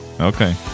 okay